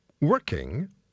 working